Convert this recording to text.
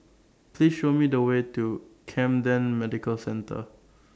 Please Show Me The Way to Camden Medical Centre